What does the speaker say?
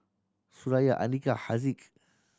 Suraya Andika Haziq